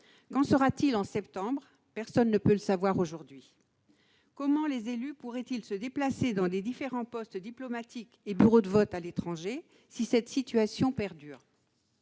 Qu'en sera-t-il en septembre ? Personne ne peut le savoir aujourd'hui. Comment les élus pourront-ils se déplacer dans les différents postes diplomatiques et bureaux de vote à l'étranger si cette situation perdure ?